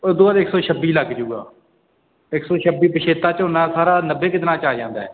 ਉੱਦੋਂ ਬਾਅਦ ਇੱਕ ਸੌ ਛੱਬੀ ਲੱਗ ਜੂਗਾ ਇੱਕ ਸੌ ਛੱਬੀ ਪਛੇਤਾ ਝੋਨਾ ਸਾਰਾ ਨੱਬੇ ਕੁ ਦਿਨਾਂ 'ਚ ਆ ਜਾਂਦਾ